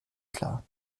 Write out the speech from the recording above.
klar